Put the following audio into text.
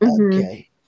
Okay